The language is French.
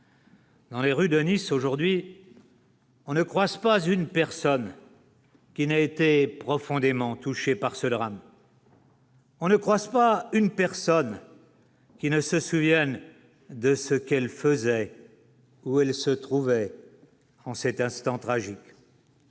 Dans les rues de Nice aujourd'hui. On ne croissent pas une personne. Il n'a été profondément touchée par ce drame. On ne croissent pas une personne qui ne se souviennent de ce qu'elle faisait, où elle se trouvait en cet instant tragique.